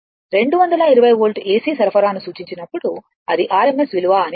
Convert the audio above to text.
220 volt AC సరఫరాను సూచించినప్పుడు అది RMS విలువ అని దాని అర్థం